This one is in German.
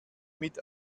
mit